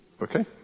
Okay